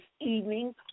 evening